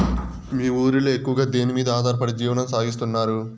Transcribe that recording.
మీ ఊరిలో ఎక్కువగా దేనిమీద ఆధారపడి జీవనం సాగిస్తున్నారు?